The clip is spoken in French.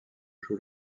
joue